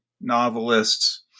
novelists